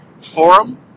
forum